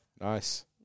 Nice